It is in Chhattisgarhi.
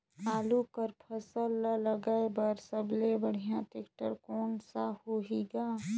आलू कर फसल ल लगाय बर सबले बढ़िया टेक्टर कोन सा होही ग?